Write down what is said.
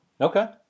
Okay